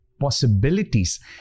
possibilities